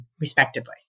respectively